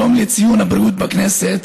יום לציון הבריאות בכנסת,